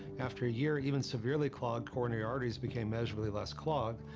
after a year, even severely clogged coronary arteries became measurably less clogged,